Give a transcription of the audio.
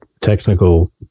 technical